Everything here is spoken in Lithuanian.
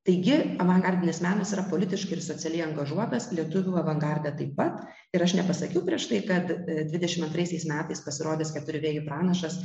taigi avangardinis menas yra politiškai ir socialiai angažuotas lietuvių avangarde taip pat ir aš nepasakiau prieš tai kad dvidešimt antraisiais metais pasirodęs keturių vėjų pranašas